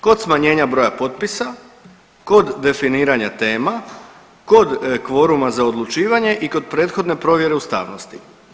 Kod smanjenja broja potpisa, kod definiranja tema, kod kvoruma za odlučivanje i kod prethodne provjere ustavnosti.